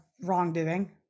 wrongdoing